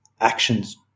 actions